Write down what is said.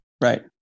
Right